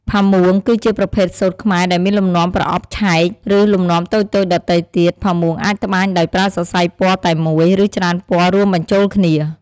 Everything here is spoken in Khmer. ផាមួងគឺជាប្រភេទសូត្រខ្មែរដែលមានលំនាំប្រអប់ឆែក ឬលំនាំតូចៗដទៃទៀត ផាមួងអាចត្បាញដោយប្រើសរសៃពណ៌តែមួយ ឬច្រើនពណ៌រួមបញ្ចូលគ្នា។